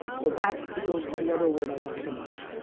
well that, it goes to the other word i love so much.